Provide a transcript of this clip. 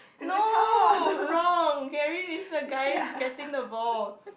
no wrong Gary is the guy getting the ball